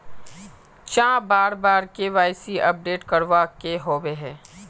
चाँह बार बार के.वाई.सी अपडेट करावे के होबे है?